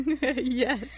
Yes